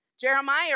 Jeremiah